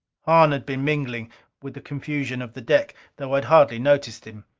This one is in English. hahn had been mingling with the confusion of the deck though i had hardly noticed him.